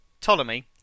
Ptolemy